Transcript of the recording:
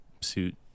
suit